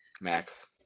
Max